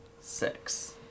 six